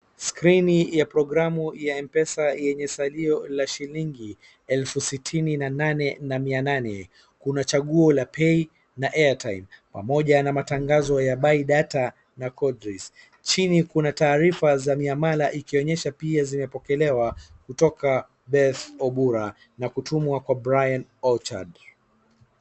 Scrini ya programu ya M-pesa ,yenye salio la shilingi elfu sitini na nane na mia nane ,kuna chaguo la pay na airtime pamoja na matangazo ya buy data na Kodris ,chini kuna taarifa za miamala ionyesha pia zimepokelewa kutoka Beth Obura kutumwa kwa Brian Ochard.